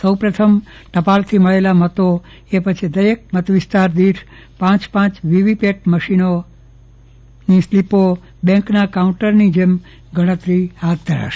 સૌપ્રથમ ટપાલથી મળેલા મતો એ પછી દરેક મત વિસ્તાર દીઠપાંચ પાંચ વીવીપેટ મળીને સ્લીપોની બેઠકના કાઉન્ટર મત ગણતરી થશે